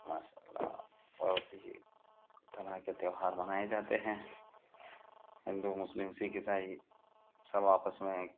ماشاء اللہ بہت ہی طرح کے تیوہار منائے جاتے ہیں ہندو مسلم سکھ عیسائی سب آپس میں ایک